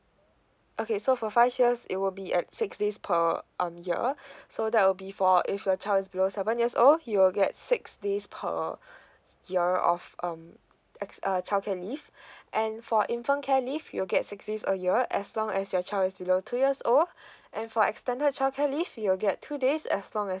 okay so for five years it will be at six days per um year so that will be for if your child is below seven years old he will get six days per year of um X err childcare leave and for infant care leave you'll get six days a year as long as your child is below two years old and for extended childcare leave you'll get two days as long as